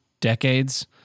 decades